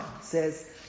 says